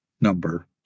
number